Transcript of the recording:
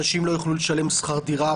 אנשים לא יוכלו לשלם שכר דירה,